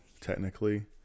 technically